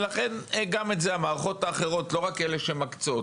ולכן גם בזה המערכות האחרות לא רק אלה שמקצות,